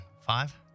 Five